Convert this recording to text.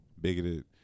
bigoted